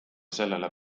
sellele